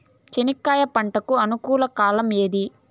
చెనక్కాయలు పంట కు అనుకూలమా కాలం ఏది?